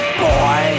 boy